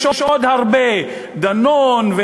יש עוד הרבה: דנון,